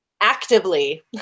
actively